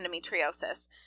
endometriosis